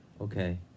Okay